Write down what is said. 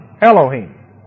Elohim